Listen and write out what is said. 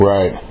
Right